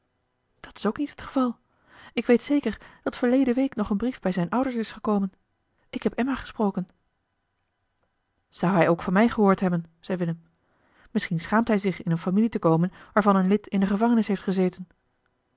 dat is ook niet het geval ik weet zeker dat verleden week nog een brief bij zijne ouders is gekomen ik heb emma gesproken zou hij ook van mij gehoord hebben zei willem misschien schaamt hij zich in eene familie te komen waarvan een lid in de gevangenis heeft gezeten